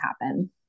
happen